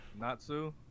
Natsu